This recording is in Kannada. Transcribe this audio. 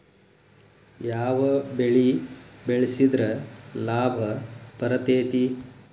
ಯಾವ ಬೆಳಿ ಬೆಳ್ಸಿದ್ರ ಲಾಭ ಬರತೇತಿ?